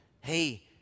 hey